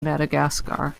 madagascar